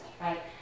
right